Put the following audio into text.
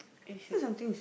it should